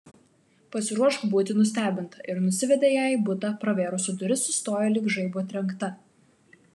pasiruošk būti nustebinta ir nusivedė ją į butą pravėrusi duris sustojo lyg žaibo trenkta